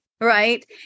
Right